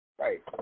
Right